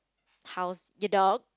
how's your dog